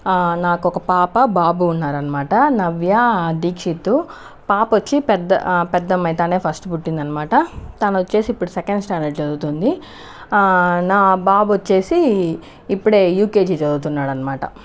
నాకు ఒక పాప బాబు ఉన్నారనమాట నవ్య దీక్షిత్ పాప వచ్చి పెద్ద పెద్ద అమ్మాయి తనే ఫస్ట్ పుట్టిందనమాట తను వచ్చేసి ఇప్పుడు సెకండ్ స్టాండర్డ్ చదువుతోంది నా బాబు వచ్చేసి ఇప్పుడే యూకేజీ చదువుతున్నాడు అనమాట